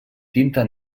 tinta